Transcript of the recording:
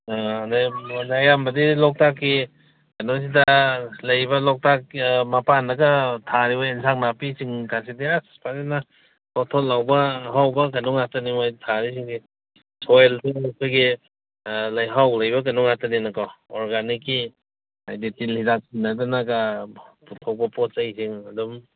ꯑꯗꯒꯤ ꯑꯌꯥꯝꯕꯗꯤ ꯂꯣꯛꯇꯥꯛꯀꯤ ꯀꯩꯅꯣꯁꯤꯗ ꯂꯩꯕ ꯂꯣꯛꯇꯥꯛ ꯃꯄꯥꯟꯗꯒ ꯊꯥꯔꯤꯕ ꯑꯦꯟꯁꯥꯡ ꯅꯥꯄꯤꯁꯤꯡꯒꯁꯤꯗꯤ ꯑꯁ ꯐꯖꯅ ꯊꯣꯠ ꯊꯣꯠ ꯂꯥꯎꯕ ꯑꯍꯥꯎꯕ ꯀꯩꯅꯣ ꯉꯥꯛꯇꯅꯦ ꯃꯣꯏ ꯊꯥꯔꯤꯁꯤꯡꯁꯦ ꯍꯣꯏ ꯑꯩꯈꯣꯏꯒꯤ ꯂꯩꯍꯥꯎ ꯂꯩꯕ ꯀꯩꯅꯣ ꯉꯥꯛꯇꯅꯤꯅꯀꯣ ꯑꯣꯔꯒꯥꯟꯅꯤꯛꯀꯤ ꯍꯥꯏꯗꯤ ꯇꯤꯜ ꯍꯤꯗꯥꯛ ꯍꯨꯟꯅꯗꯅꯒ ꯑꯐꯕ ꯄꯣꯠ ꯆꯩꯁꯤꯡ ꯑꯗꯨꯝ